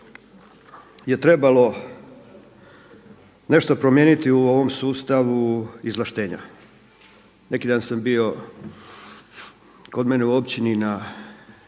je trebalo nešto promijeniti u ovom sustavu izvlaštenja. Neki dan sam bio kod mene u općini na